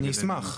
אני אשמח.